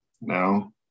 No